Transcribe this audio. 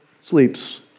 sleeps